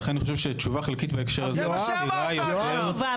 ותשובה חלקית בהקשר הזה מסתירה יותר ממה